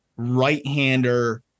right-hander